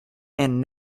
and